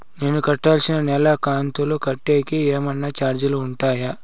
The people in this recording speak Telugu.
నేను కట్టాల్సిన నెల కంతులు కట్టేకి ఏమన్నా చార్జీలు ఉంటాయా?